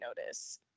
notice